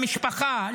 למשפחה,